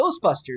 Ghostbusters